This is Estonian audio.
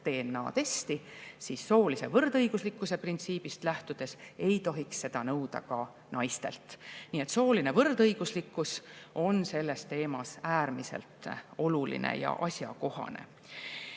DNA-testi, siis soolise võrdõiguslikkuse printsiibist lähtudes ei tohiks seda nõuda ka naistelt. Nii et sooline võrdõiguslikkus on selles teemas äärmiselt oluline ja asjakohane.